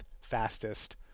fastest